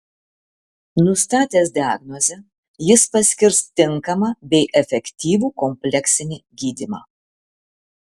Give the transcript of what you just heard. nustatęs diagnozę jis paskirs tinkamą bei efektyvų kompleksinį gydymą